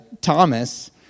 Thomas